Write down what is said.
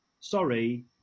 sorry